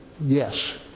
yes